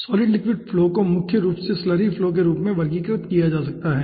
solid liquid flow को मुख्य रूप से स्लरी फ्लो के रूप में वर्गीकृत किया जाता है ठीक है